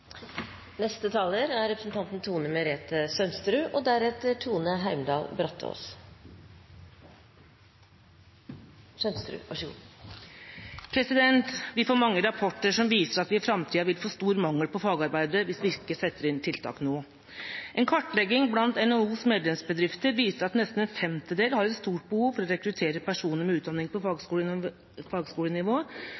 Vi får mange rapporter som viser at vi i framtida vil få stor mangel på fagarbeidere hvis vi ikke setter inn tiltak nå. En kartlegging blant NHOs medlemsbedrifter viser at nesten en femtedel har et stort behov for å rekruttere personer med utdanning på